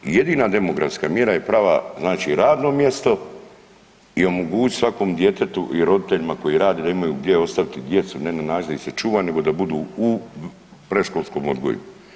I jedina demografska mjera je prava znači radno mjesto i omogućiti svakom djetetu i roditeljima koji rade da imaju gdje ostaviti djecu ne na način da ih se čuva, nego da budu u predškolskom odgoju.